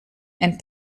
and